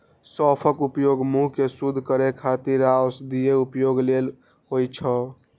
सौंफक उपयोग मुंह कें शुद्ध करै खातिर आ औषधीय उपयोग लेल होइ छै